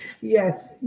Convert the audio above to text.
Yes